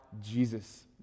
Jesus